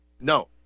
No